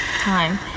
time